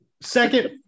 Second